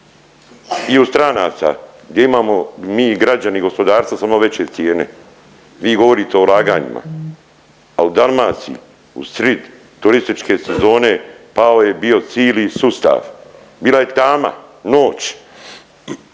i u stranaca, gdje imamo mi građani i gospodarstvo samo veće cijene. Vi govorite o ulaganjima, a u Dalmaciji u srid turističke sezone pao je bio cili sustav. Bila je tama, noć.